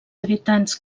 habitants